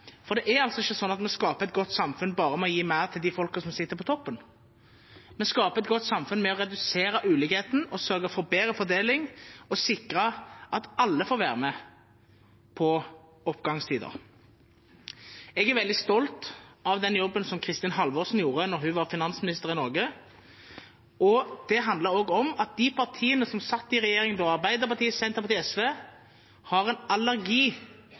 for det er altså ikke sånn at vi skaper et godt samfunn ved bare å gi mer til de folkene som sitter på toppen. Vi skaper et godt samfunn ved å redusere ulikhetene, sørge for bedre fordeling og sikre at alle får være med på oppgangstider. Jeg er veldig stolt av den jobben som Kristin Halvorsen gjorde da hun var finansminister i Norge. Det handler også om at de partiene som satt i regjering da, Arbeiderpartiet, Senterpartiet og SV, har allergi